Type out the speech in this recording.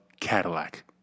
Cadillac